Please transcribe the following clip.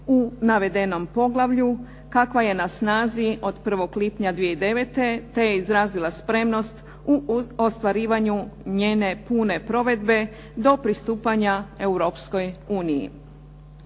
u navedenom poglavlju kakva je na snazi od 1. lipnja 2009. te je izrazila spremnost u ostvarivanju njene pune provedbe do pristupanja Europskoj uniji.